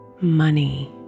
money